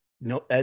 no